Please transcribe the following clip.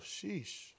Sheesh